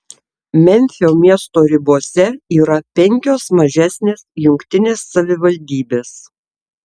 memfio miesto ribose yra penkios mažesnės jungtinės savivaldybės